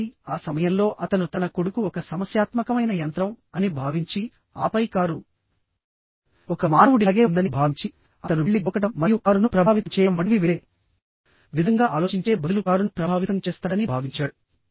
కాబట్టి ఆ సమయంలో అతను తన కొడుకు ఒక సమస్యాత్మకమైన యంత్రం అని భావించి ఆపై కారు ఒక మానవుడిలాగే ఉందని భావించి అతను వెళ్లి గోకడం మరియు కారును ప్రభావితం చేయడం వంటివి వేరే విధంగా ఆలోచించే బదులు కారును ప్రభావితం చేస్తాడని భావించాడు